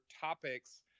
topics